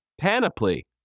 Panoply